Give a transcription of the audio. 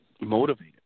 motivated